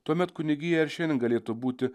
tuomet kunigija ir šiandien galėtų būti